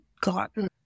gotten